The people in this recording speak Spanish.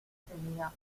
tenía